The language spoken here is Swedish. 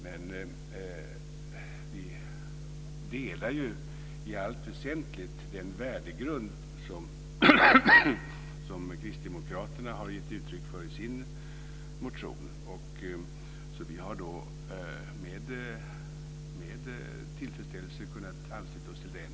Men vi delar ju i allt väsentligt den värdegrund som kristdemokraterna har gett uttryck för i sin motion. Vi har därför med tillfredsställelse kunnat ansluta oss till den.